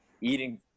eating